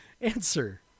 answer